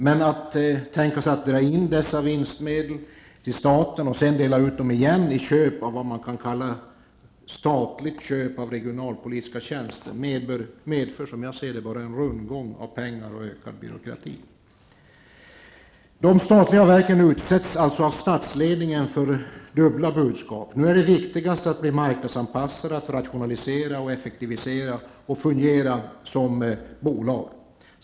Men att tänka sig att dra in dessa vinstmedel till staten och sedan dela ut dem igen i s.k. statliga köp av regionalpolitiska tjänster medför, som jag ser det, bara en rundgång av pengar och ökad byråkrati. De statliga verken utsätts av statsledningen för dubbla budskap. Nu är det viktigast att marknadsanpassa, rationalisera, effektivisera och fungera som bolag.